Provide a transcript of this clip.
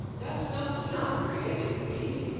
that stuff was not created for vegans.